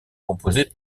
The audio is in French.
composée